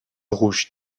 rouge